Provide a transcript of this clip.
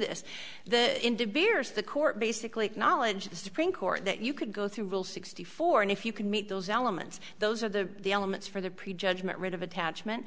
this the indeed be ours the court basically knowledge the supreme court that you could go through will sixty four and if you can meet those elements those are the elements for the prejudgment rid of attachment